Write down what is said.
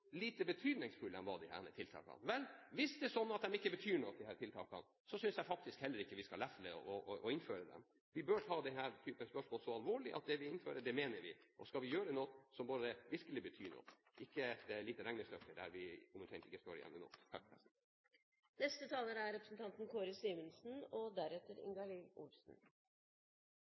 tiltakene er. Hvis det er sånn at disse tiltakene ikke betyr noe, synes jeg heller ikke at vi skal lefle med å innføre dem. Vi bør ta dette så alvorlig at det vi innfører, det mener vi. Skal vi gjøre noe, må det virkelig bety noe – ikke et lite regnestykke der vi omtrent ikke står igjen